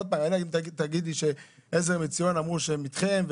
עוד פעם - אלא אם תגיד לי שעזר מציון אמרו שהם איתכם,